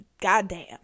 goddamn